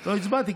לא הצבעתי,